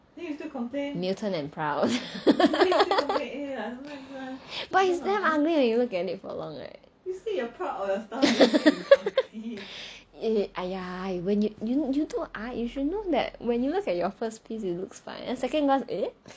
and proud but he's damn ugly when you look at it for long right !aiya! you do art you should know when you look at your first piece it looks fine second glance eh